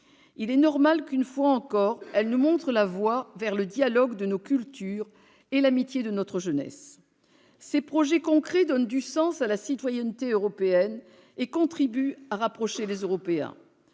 Il est normal qu'une fois encore elles nous montrent la voie vers le dialogue de nos cultures et l'amitié de notre jeunesse. Ces projets concrets donnent du sens à la citoyenneté européenne et contribuent à rapprocher les Européens.